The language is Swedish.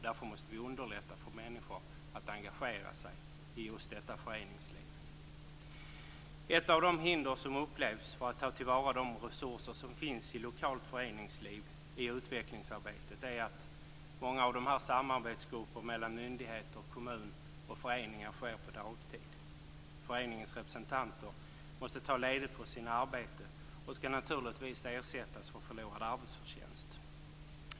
Därför måste vi underlätta för människor att engagera sig i just detta föreningsliv. Ett av de hinder som upplevs för att i utvecklingsarbetet ta till vara de resurser som finns i lokalt föreningsliv är att arbetet i många av de samarbetsgrupper mellan myndigheter, kommuner och föreningar sker på dagtid. Föreningens representanter måste ta ledigt från sina arbeten och skall naturligtvis ersättas för förlorad arbetsförtjänst.